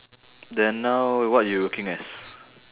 then now what you working as